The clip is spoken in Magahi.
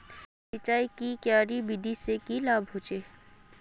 सिंचाईर की क्यारी विधि से की लाभ होचे?